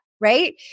right